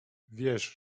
wiesz